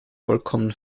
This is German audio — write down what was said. vollkommen